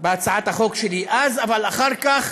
בהצעת החוק שלי אז, אבל אחר כך